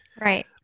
Right